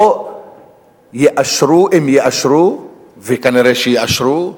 פה יאשרו, אם יאשרו, וכנראה שיאשרו,